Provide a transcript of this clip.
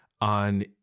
on